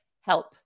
help